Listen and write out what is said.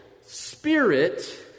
Spirit